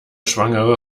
schwangere